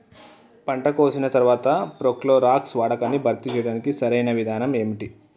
పంట కోసిన తర్వాత ప్రోక్లోరాక్స్ వాడకాన్ని భర్తీ చేయడానికి సరియైన విధానం ఏమిటి?